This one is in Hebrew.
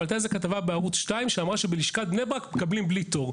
אבל הייתה כתבה בערוץ 2 שאמרה שבלשכת בני ברק מקבלים בלי תור.